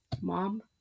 mom